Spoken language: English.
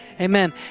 Amen